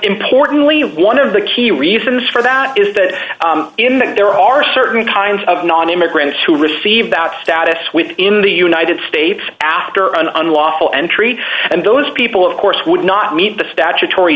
importantly one of the key reasons for that is that in that there are certain kinds of non immigrants who receive that status within the united states after an unlawful entry and those people of course would not meet the statutory